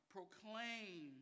Proclaim